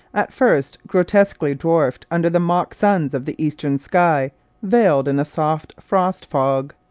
at first grotesquely dwarfed under the mock suns of the eastern sky veiled in a soft frost fog.